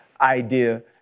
idea